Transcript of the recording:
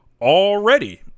already